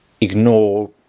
ignore